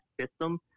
system